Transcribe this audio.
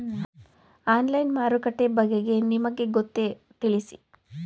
Online ಮಾರುಕಟ್ಟೆ ಬಗೆಗೆ ನಿಮಗೆ ಗೊತ್ತೇ? ತಿಳಿಸಿ?